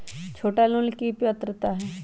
छोटा लोन ला की पात्रता है?